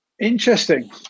interesting